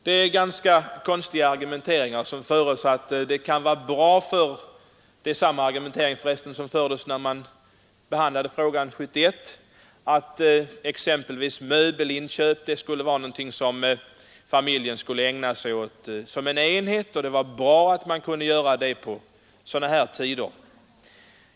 Det är en ganska konstig argumentering — den framfördes också när vi behandlade frågan 1971 — att exempelvis möbelinköp skulle vara någonting som familjen skulle ägna sig åt som en enhet och att det därför skulle vara bra att man kunde göra det på sådana här lediga dagar.